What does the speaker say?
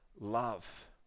love